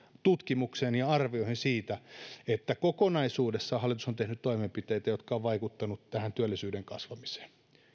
tutkimukseen ja arvioihin siitä että kokonaisuudessaan hallitus on tehnyt toimenpiteitä jotka ovat vaikuttaneet työllisyyden kasvamiseen